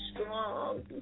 strong